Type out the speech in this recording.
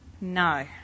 No